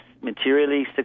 materially